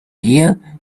hear